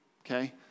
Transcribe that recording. okay